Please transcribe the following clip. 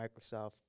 Microsoft